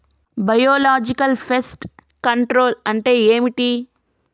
Biological pest control అంటే ఏమిటి?